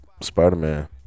Spider-Man